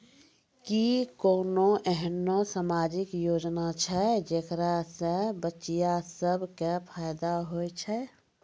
कि कोनो एहनो समाजिक योजना छै जेकरा से बचिया सभ के फायदा होय छै?